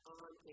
on